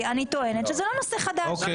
זו לא רוויזיה.